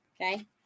Okay